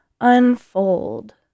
Unfold